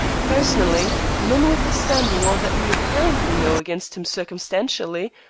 personally, notwithstanding all that we apparently know against him circumstantially,